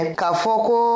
kafoko